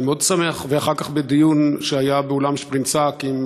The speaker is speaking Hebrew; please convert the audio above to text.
ואחר כך בדיון שהיה באולם שפרינצק עם